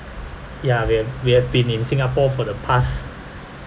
ya we have we have been in singapore for the past